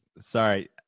Sorry